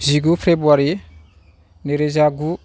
जिगु फ्रेबुवारि नैरोजा गु